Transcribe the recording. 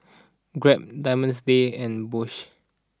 Grab Diamond Days and Bosch